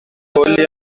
کلیم